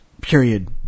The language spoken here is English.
Period